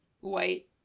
white